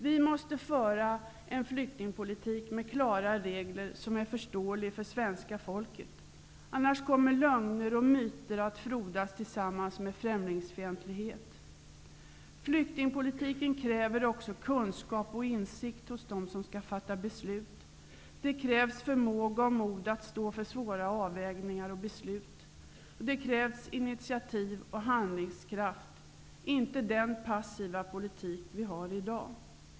Vi måste föra en flyktingpolitik med klara regler som är förståelig för svenska folket, för annars kommer lögner och myter att frodas tillsammans med främlingsfientlighet. Flyktingpolitiken kräver också kunskap och insikt hos dem som skall fatta beslut. Det krävs förmåga och mod att stå för svåra avvägningar och beslut. Det krävs initiativ och handlingskraft -- inte den passiva politik vi i dag har.